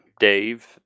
Dave